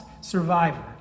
survivor